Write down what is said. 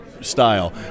style